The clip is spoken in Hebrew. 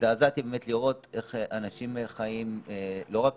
והזדעזעתי באמת לראות איך אנשים חיים לא רק